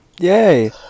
Yay